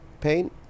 paint